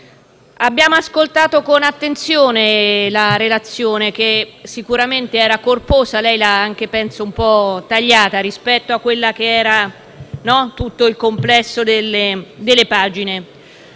abbiamo ascoltato con attenzione la sua relazione, che sicuramente era corposa e che immagino lei abbia un po' tagliato, rispetto a quello che era tutto il complesso delle pagine.